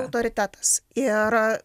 autoritetas ir